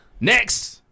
Next